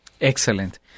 Excellent